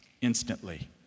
instantly